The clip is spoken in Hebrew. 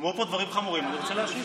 אמרו פה דברים חמורים, אני רוצה להשיב.